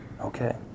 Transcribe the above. Okay